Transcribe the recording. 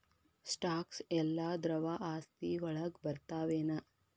Stocks ಯೆಲ್ಲಾ ದ್ರವ ಆಸ್ತಿ ವಳಗ್ ಬರ್ತಾವೆನ?